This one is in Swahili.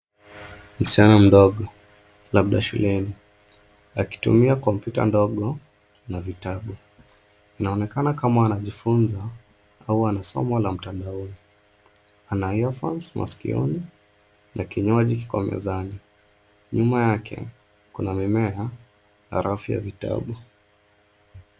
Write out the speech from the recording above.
Msichana mdogo, labda shuleni, akitumia kompyuta ndogo, na vitabu. Inaonekana kama anajifunza, au ana somo la mtandaoni. Ana earphones maskioni, na kinywaji kiko mezani. Nyuma yake, kuna mimea, na rafu ya vitabu.